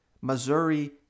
Missouri